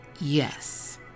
Yes